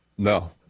No